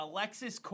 Alexis